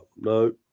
no